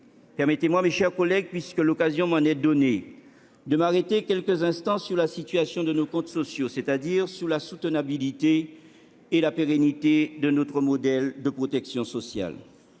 Permettez-moi, mes chers collègues, puisque l'occasion m'en est donnée, de m'arrêter quelques instants sur la situation de nos comptes sociaux, c'est-à-dire sur la soutenabilité et la pérennité de notre modèle de protection sociale.